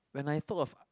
when I thought of